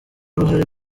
uruhare